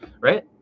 right